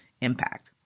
impact